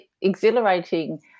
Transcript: exhilarating